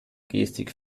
gestik